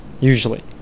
usually